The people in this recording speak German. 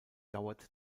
dauert